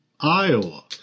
Iowa